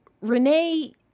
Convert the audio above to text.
Renee